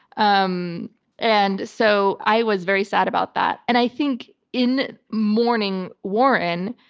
um and so i was very sad about that. and i think in mourning warren,